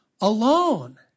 alone